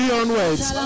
onwards